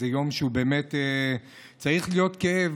זה יום שבאמת צריך להיות בו כאב,